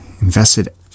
invested